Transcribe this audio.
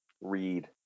Read